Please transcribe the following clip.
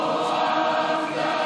לעמוד.